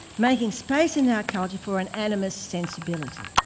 making space in our culture for an animist sensibility.